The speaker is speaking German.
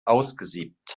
ausgesiebt